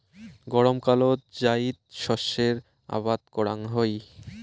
গরমকালত জাইদ শস্যের আবাদ করাং হই